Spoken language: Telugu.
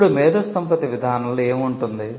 ఇప్పుడు మేధోసంపత్తి విధానంలో ఏమి ఉంటుంది